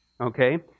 Okay